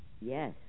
Yes